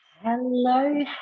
Hello